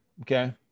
okay